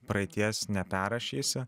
praeities neperrašysi